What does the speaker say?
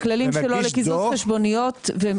הכללים שלו לקיזוז חשבוניות --- ומגיש דוח,